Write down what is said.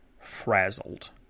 frazzled